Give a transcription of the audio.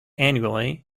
annually